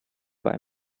buy